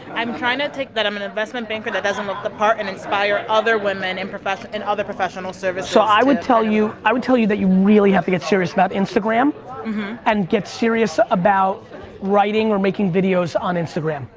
i'm trying to take that i'm an investment banker that doesn't look the part and inspire other women and in other professional services. so i would tell you, i would tell you that you really have to get serious about instagram and get serious about writing or making videos on instagram.